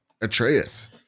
Atreus